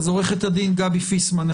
עוה"ד גבי פיסמן,